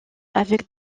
avec